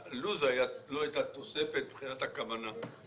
לו הייתה תוספת מבחינת הכוונה.